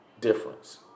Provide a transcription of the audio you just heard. difference